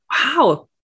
Wow